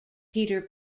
peter